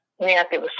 negative